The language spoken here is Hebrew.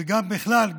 וגם בכלל,